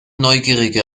neugierige